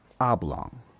oblong